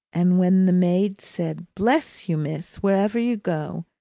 and when the maids said, bless you, miss, wherever you go!